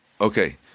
Okay